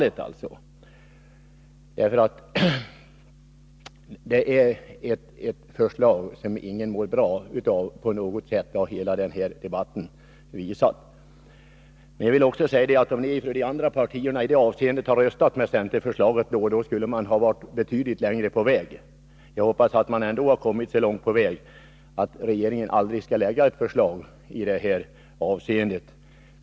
Det förslag som vi befarar skall läggas fram är ett förslag som ingen mår bra av. Det har hela debatten visat. Jag kan tillägga, att om de andra partierna hade röstat för centerförslaget, skulle vi ha varit betydligt längre på väg för att stoppa ett illa genomtänkt förslag från riksskatteverket. Jag hoppas att vi ändå har kommit så långt att regeringen aldrig kommer att lägga fram förslag i det här avseendet.